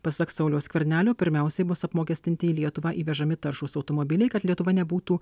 pasak sauliaus skvernelio pirmiausiai bus apmokestinti į lietuvą įvežami taršūs automobiliai kad lietuva nebūtų